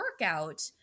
workout